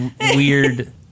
weird